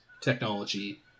technology